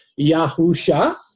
Yahusha